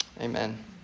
amen